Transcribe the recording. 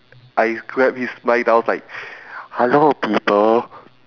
I grab his mic then I was like hello people